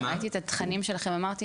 ראיתי את התכנים שלכם ואמרתי